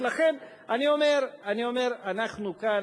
לכן אני אומר שאנחנו כאן,